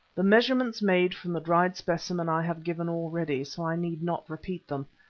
the measurements made from the dried specimen i have given already, so i need not repeat them.